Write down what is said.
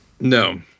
No